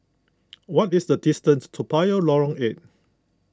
what is the distance to Toa Payoh Lorong eight